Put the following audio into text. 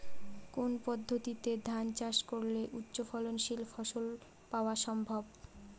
কোন পদ্ধতিতে ধান চাষ করলে উচ্চফলনশীল ফসল পাওয়া সম্ভব?